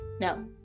no